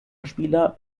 spieler